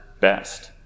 best